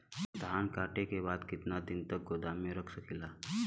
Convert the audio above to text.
धान कांटेके बाद कितना दिन तक गोदाम में रख सकीला?